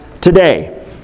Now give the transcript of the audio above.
today